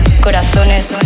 corazones